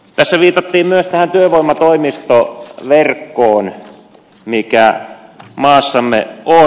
tässä viitattiin myös työvoimatoimistoverkkoon mikä maassamme on